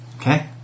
Okay